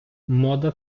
мода